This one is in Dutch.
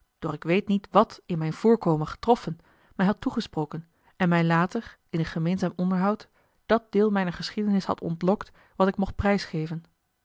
ik weet niet wat in mijn voorkomen getroffen mij had toegesproken en mij later in een gemeenzaam onderhoud dat deel mijner geschiedenis had ontlokt wat ik mocht